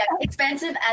expensive